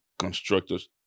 Constructors